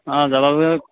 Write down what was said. অঁ